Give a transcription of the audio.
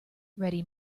ready